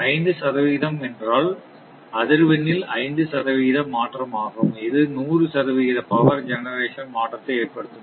5 என்றால் அதிர்வெண்ணில் 5 சதவிகித மாற்றம் ஆகும் இது 100 சதவிகித பவர் ஜெனரேஷன் மாற்றத்தை ஏற்படுத்தும்